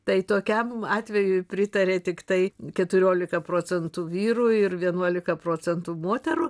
tai tokiam atvejui pritarė tiktai keturiooka procentų vyrų ir vienuolika procentų moterų